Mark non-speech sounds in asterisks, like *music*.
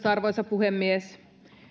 *unintelligible* arvoisa puhemies